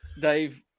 Dave